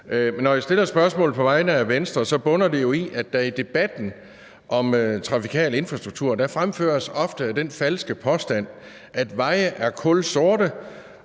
Når jeg stiller spørgsmålet på vegne af Venstre, så bunder det jo i, at der i debatten om trafikal infrastruktur ofte fremføres den falske påstand, at veje er kulsorte,